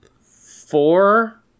four